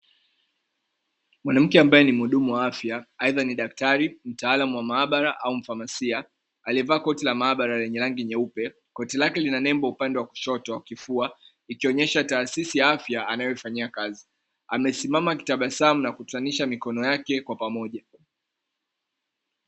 Mwanamke ambaye ni mhudumu wa afya, aidha ni daktari, mtaalamu wa maabara au mfamasia aliyevaa koti la maabara lenye rangi nyeupe. Koti lake lina nembo upande wa kushoto kifua, ikionyesha taasisi ya afya anayoifanyia kazi. Amesimama akitabasamu na kukutanisha mikono yake kwa pamoja.